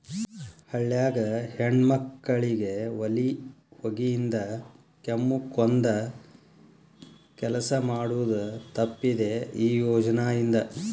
ಹಳ್ಯಾಗ ಹೆಣ್ಮಕ್ಕಳಿಗೆ ಒಲಿ ಹೊಗಿಯಿಂದ ಕೆಮ್ಮಕೊಂದ ಕೆಲಸ ಮಾಡುದ ತಪ್ಪಿದೆ ಈ ಯೋಜನಾ ಇಂದ